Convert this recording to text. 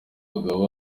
abagabo